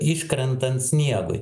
iškrentant sniegui